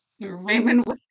Raymond